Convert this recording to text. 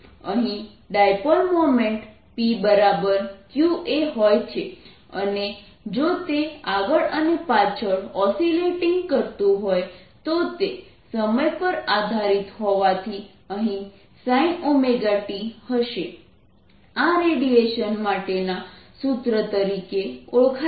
અહીં dipole moment pq A હોય છે અને જો તે આગળ અને પાછળ ઓસીલેટીંગ કરતુ હોય તો તે સમય પર આધારીત હોવાથી અહીં sin ωt હશે આ રેડિયેશન માટેના સૂત્ર તરીકે ઓળખાય છે